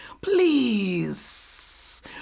Please